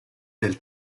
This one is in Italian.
del